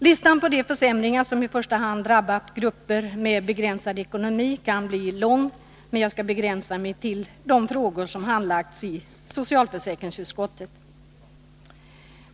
Listan på de försämringar som i första hand drabbar grupper med begränsad ekonomi kan bli lång, men jag skall begränsa mig till de frågor som handläggs av socialförsäkringsutskottet.